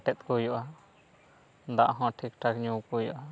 ᱟᱴᱮᱫ ᱠᱚ ᱦᱩᱭᱩᱜᱼᱟ ᱫᱟᱜ ᱦᱚᱸ ᱴᱷᱤᱠ ᱴᱷᱟᱠ ᱧᱩ ᱟᱠᱚ ᱦᱩᱭᱩᱜᱼᱟ